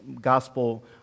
gospel